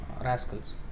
rascals